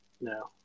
no